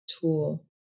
tool